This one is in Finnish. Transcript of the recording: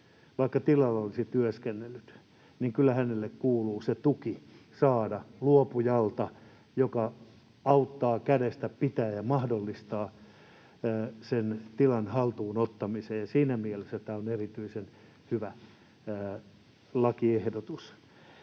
vaikka tilalla olisi työskennellyt, kuuluu se tuki saada luopujalta, joka auttaa kädestä pitäen ja mahdollistaa sen tilan haltuun ottamisen, ja siinä mielessä tämä on erityisen hyvä lakiehdotus.